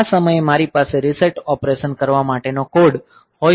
આ સમયે મારી પાસે રીસેટ ઓપરેશન કરવા માટેનો કોડ હોઈ શકે છે